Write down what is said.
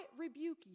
rebuke